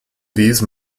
these